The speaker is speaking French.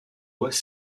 voix